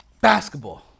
basketball